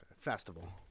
Festival